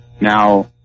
Now